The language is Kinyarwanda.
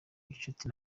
gicuti